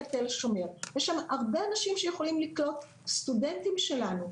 אני מסתכלת על תל השומר ויש שם הרבה אנשים שיכולים לקלוט סטודנטים שלנו,